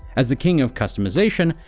as the king of customization,